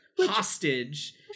hostage